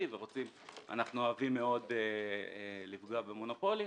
,ואנחנו אוהבים מאוד לפגוע במונופולים,